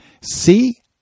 see